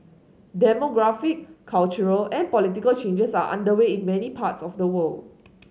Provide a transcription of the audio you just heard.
demographic cultural and political changes are underway in many parts of the world